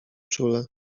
czule